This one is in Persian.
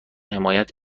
حمایت